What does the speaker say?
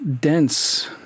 dense